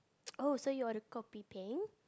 oh you order kopi-peng